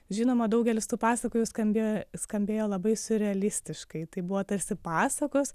žinoma daugelis tų pasakų jų skambėjo skambėjo labai siurrealistiškai tai buvo tarsi pasakos